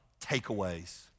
takeaways